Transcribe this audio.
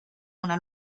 una